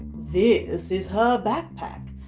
this is her backpack.